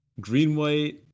Green-white